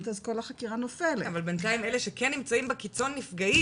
אז כל החקירה נופלת אבל בינתיים אלה שכן נמצאים בקיצון נפגעים,